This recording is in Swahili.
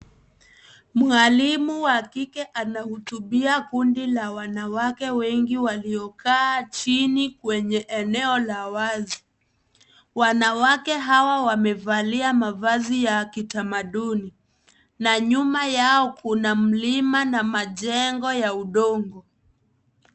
Mwalimu wa kike anahutubia kundi la wanawake wengi waliokaa chini kwenye eneo la wazi. Wanawake hawa, wamevalia mavazi ya kitamaduni na nyuma yao, kuna mlima na majengo ya udongo.